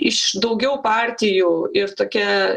iš daugiau partijų ir tokia